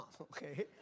okay